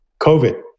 COVID